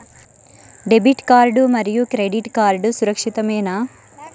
Debit card మరియు credit card సురక్షితమేనా?